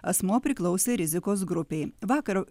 asmuo priklausė rizikos grupei vakar